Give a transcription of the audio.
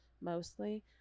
mostly